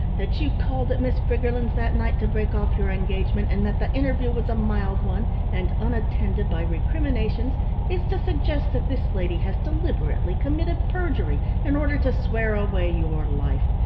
that you called at miss briggerland's that night to break off your engagement and that the interview was a mild one and unattended by recriminations is to suggest that this lady has deliberately committed perjury in order to swear away your life,